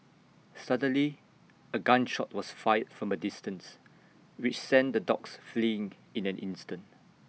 suddenly A gun shot was fired from A distance which sent the dogs fleeing in an instant